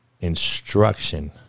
instruction